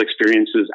experiences